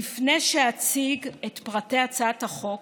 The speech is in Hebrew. לפני שאציג את פרטי הצעת החוק,